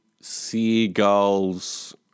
seagulls